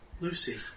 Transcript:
Lucy